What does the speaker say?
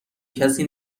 کسی